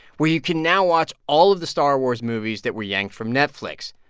where you can now watch all of the star wars movies that were yanked from netflix.